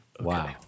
Wow